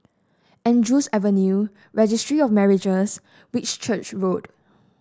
Andrews Avenue Registry of Marriages Whitchurch Road